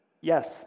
yes